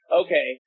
okay